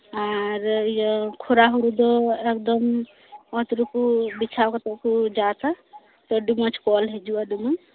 ᱟᱨ ᱤᱭᱟᱹ ᱠᱷᱚᱨᱟ ᱦᱩᱲᱩ ᱫᱚ ᱮᱠᱫᱚᱢ ᱚᱛ ᱨᱮᱠᱚ ᱵᱮᱪᱷᱟᱣ ᱠᱟᱛᱮᱜ ᱠᱚ ᱡᱟᱵᱽ ᱟ ᱟᱰᱤ ᱢᱚᱸᱡᱽ ᱠᱚᱞ ᱦᱤᱡᱩᱜᱼᱟ ᱫᱚᱢᱮ